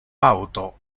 auto